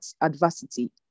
adversity